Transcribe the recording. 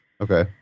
Okay